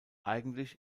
eigentlich